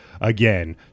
again